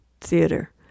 theater